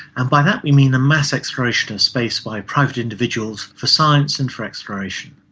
and by that we mean the mass exploration of space by private individuals for science and for exploration.